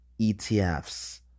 ETFs